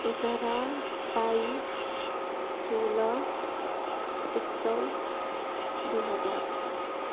एघार बाइस सोह्र एक सौ दुई हजार